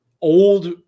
old